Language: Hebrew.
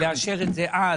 לאשר את זה אז.